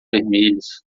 vermelhos